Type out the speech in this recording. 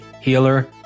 healer